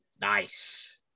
Nice